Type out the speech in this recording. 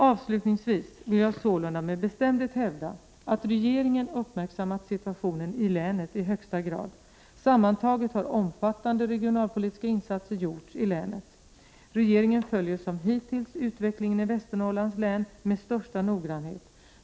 Avslutningsvis vill jag sålunda med bestämdhet hävda att regeringen uppmärksammat situationen i länet i högsta grad. Sammantaget har omfattande regionalpolitiska insatser gjorts i länet. Regeringen följer som hittills utvecklingen i Västernorrlands län med största noggrannhet.